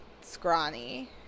scrawny